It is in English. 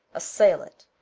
assail it,